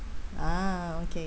ah okay